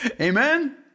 Amen